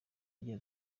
agira